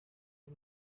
uma